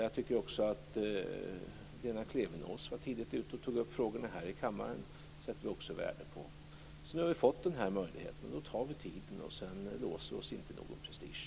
Lena Klevenås var också tidigt ute och tog upp frågorna här i kammaren. Det sätter vi också värde på. Nu har vi fått den här möjligheten. Då tar vi vara på den tiden och låser oss inte i någon prestige.